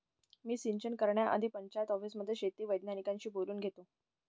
मी सिंचन करण्याआधी पंचायत ऑफिसमध्ये शेती वैज्ञानिकांशी बोलून घेतो